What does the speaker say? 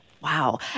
Wow